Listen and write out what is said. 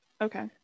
Okay